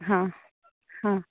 ହଁ ହଁ